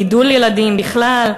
גידול ילדים בכלל.